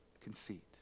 conceit